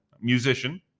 Musician